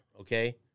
okay